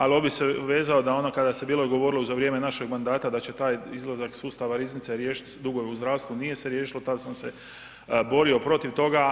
A ... se vezao da ono kada se bilo govorilo za vrijeme našeg mandata da će taj izlazak iz sustava riznice riješiti dugove u zdravstvu, nije se riješilo, tada sam se borio protiv toga.